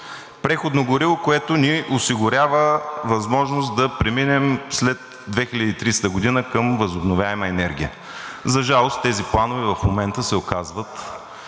Преходно гориво, което ни осигурява възможност да преминем след 2030 г. към възобновяема енергия. За жалост, тези планове в момента се оказват